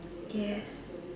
yes